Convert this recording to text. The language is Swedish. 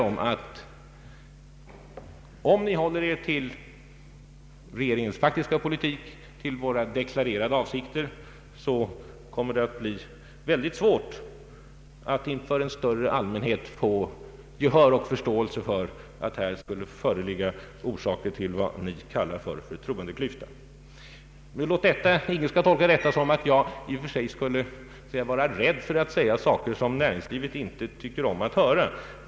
Om ni håller er till regeringens faktiska politik, till våra deklarerade avsikter, kommer det att bli mycket svårt att inför en större allmänhet få gehör och förståelse för att här skulle föreligga orsaker till vad ni kallar en förtroendeklyfta. : Ingen skall dock tolka detta så att jag i och för sig skulle vara rädd för att säga saker som näringslivet inte tycker om att höra.